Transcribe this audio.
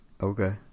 Okay